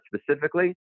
specifically